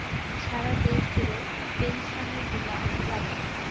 সারা দেশ জুড়ে পেনসনের বীমা পাবে